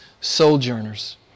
sojourners